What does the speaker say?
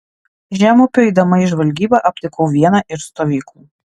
žemupiu eidama į žvalgybą aptikau vieną iš stovyklų